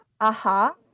aha